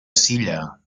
silla